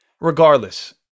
Regardless